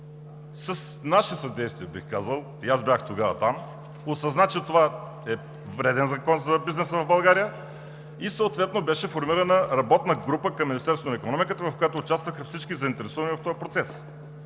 с наше съдействие, и аз бях тогава там, осъзна, че това е вреден закон за бизнеса в България и съответно беше формирана работна група към Министерството на икономиката, в която участваха всички заинтересовани в този процес